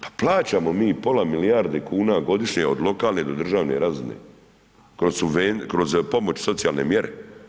Pa plaćamo mi pola milijarde kuna godišnje od lokalne do državne razine, kroz pomoć socijalne mjere.